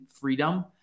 freedom